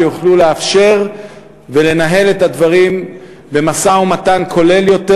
שיוכלו לאפשר ולנהל את הדברים במשא-ומתן כולל יותר,